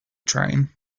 train